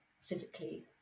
physically